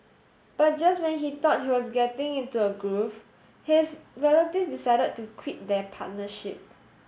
but just when he thought he was getting into a groove his relative decided to quit their partnership